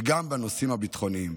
וגם בנושאים הביטחוניים.